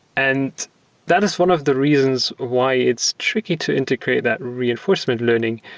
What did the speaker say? and that is one of the reasons why it's tricky to integrate that reinforcement learning,